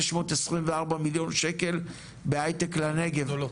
624 מיליון שקלים בהייטק לנגב.